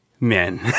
Men